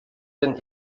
denn